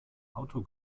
auto